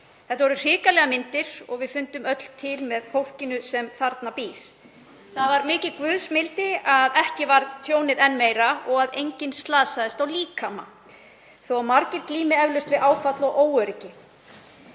Þetta voru hrikalegar myndir og við fundum öll til með fólkinu sem þarna býr. Það var mikil guðs mildi að tjónið varð ekki enn meira og að enginn slasaðist á líkama þó að margir glími eflaust við áfall og óöryggi.